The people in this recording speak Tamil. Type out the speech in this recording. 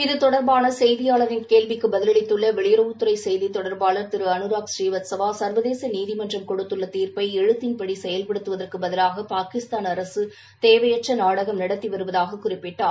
இது தொடர்பான செய்தியாளரின் கேள்விக்குப் பதிலளித்துள்ள வெளியுறவுத் துறை செய்தித் தொடர்பாளர் திரு அனுராக் ஸ்ரீவத்சவா சர்வதேச நிதிமன்றம் கொடுத்துள்ள தீர்ப்பை எழுத்தின்படி செயல்படுத்துவதற்குப் பதிலாக பாகிஸ்தான் அரசு தேவையற்ற நாடகம் நடத்தி வருவதாக குறிப்பிட்டார்